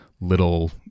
little